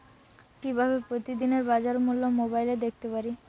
কিভাবে প্রতিদিনের বাজার মূল্য মোবাইলে দেখতে পারি?